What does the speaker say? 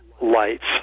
lights